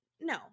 No